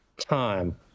time